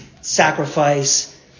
sacrifice